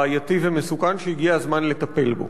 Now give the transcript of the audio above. בעייתי ומסוכן, שהגיע הזמן לטפל בו.